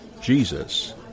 Jesus